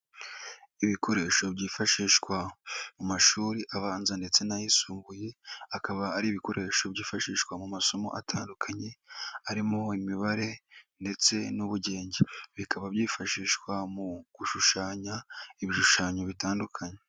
Ibikoresho byifashishwa mu mashuri abanza ndetse n'ayisumbuye akaba ari ibikoresho byifashishwa mu masomo atandukanye harimo imibare ndetse n'ubugenge, bikaba byifashishwa mu gushushanya ibishushanyo bitandukanye.